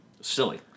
Silly